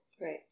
Right